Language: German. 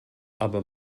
aber